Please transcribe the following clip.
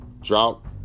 drought